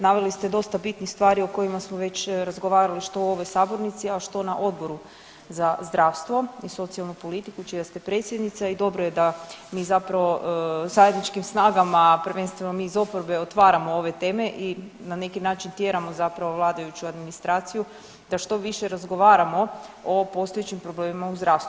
Naveli ste dosta bitnih stvari o kojima smo već razgovarali, što u ovoj sabornici, a što na Odboru za zdravstvo i socijalnu politiku čija ste predsjednica i dobro je da mi zapravo zajedničkim snagama, prvenstveno mi iz oporbe otvaramo ove teme i na neki način tjeramo zapravo vladajuću administraciju da što više razgovaramo o postojećim problemima u zdravstvu.